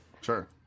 Sure